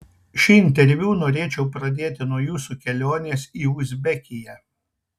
šį interviu norėčiau pradėti nuo jūsų kelionės į uzbekiją